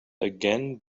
again